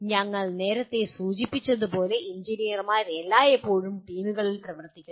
ഞങ്ങൾ നേരത്തെ സൂചിപ്പിച്ചതുപോലെ എഞ്ചിനീയർമാർ എല്ലായ്പ്പോഴും ടീമുകളിൽ പ്രവർത്തിക്കുന്നു